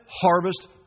harvest